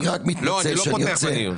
אני רק מתנצל שאני יוצא.